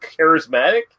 charismatic